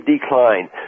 decline